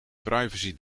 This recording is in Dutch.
privacy